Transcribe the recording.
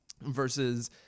versus